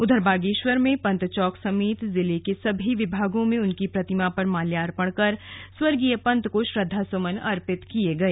उधर बागेश्वर में पंत चौक समेत जिले के सभी विभागों में उनकी प्रतिमा पर माल्यार्पण कर स्वर्गीय पंत को श्रद्वासुमन अर्पित किए गए